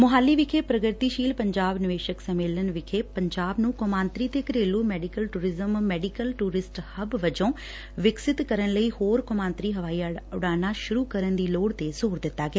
ਮੋਹਾਲੀ ਵਿਖੇ ਪ੍ਰਗਤੀਸ਼ੀਲ ਪੰਜਾਬ ਨਿਵੇਸ਼ਕ ਸੰਮੇਲਨ ਚ ਸੁਬੇ ਨੁੰ ਕੌਮਾਂਤਰੀ ਤੇ ਘਰੇਲੁ medical tourism medical tourist hub ਵਜੋਂ ਵਿਕਸਿਤ ਕਰਨ ਲਈ ਹੋਰ ਕੌਮਾਂਤਰੀ ਹਵਾਈ ਉਡਾਨਾਂ ਸ਼ੁਰੂ ਕਰਨ ਦੀ ਲੌੜ 'ਤੇ ਜ਼ੋਰ ਦਿੱਤਾ ਗਿਆ